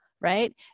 right